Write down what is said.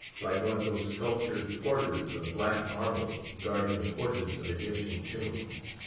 like one of those sculptured porters of black marble guarding the porches of egyptian tombs.